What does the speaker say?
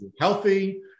Healthy